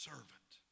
servant